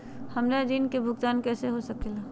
हमरा ऋण का भुगतान कैसे हो सके ला?